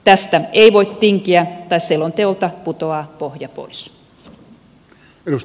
tästä ei voi tinkiä tai selonteolta putoaa pohja pois